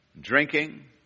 drinking